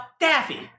Daffy